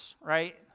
right